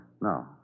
No